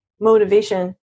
Motivation